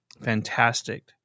fantastic